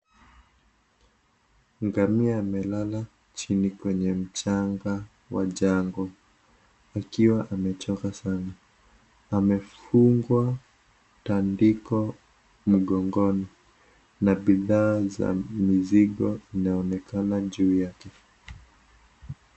Ngamia amelala chininkwenye mchanga wa jango akiwa amechoka sana, amefungwa tandiko mgongoni na bidhaa za mizigo inaonekana juu yake.